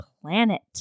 planet